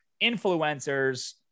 influencers